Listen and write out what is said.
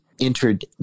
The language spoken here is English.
entered